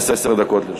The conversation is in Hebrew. עשר דקות לרשותך.